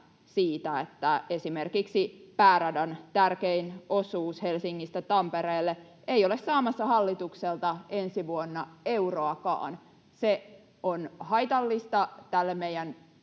että esimerkiksi pääradan tärkein osuus Helsingistä Tampereelle ei ole saamassa hallitukselta ensi vuonna euroakaan. Se on haitallista tälle meidän